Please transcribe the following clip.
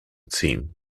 team